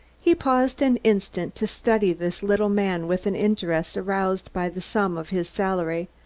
he paused an instant to study this little man with an interest aroused by the sum of his salary.